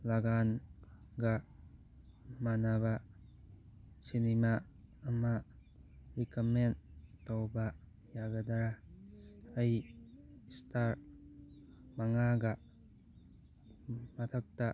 ꯂꯒꯥꯟꯒ ꯃꯥꯟꯅꯕ ꯁꯤꯅꯤꯃꯥ ꯑꯃ ꯔꯤꯀꯝꯃꯦꯟ ꯇꯧꯕ ꯌꯥꯒꯗ꯭ꯔꯥ ꯑꯩ ꯏꯁꯇꯥꯔ ꯃꯉꯥꯒꯤ ꯃꯊꯛꯇ